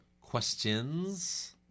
questions